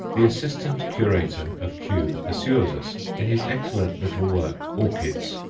the assistant curator of kew assures us, in his excellent little work, orchids,